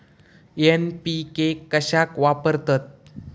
NPK कशाक वापरतत?